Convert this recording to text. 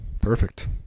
perfect